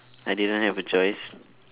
I didn't have a choice